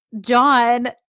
John